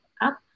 up